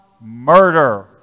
murder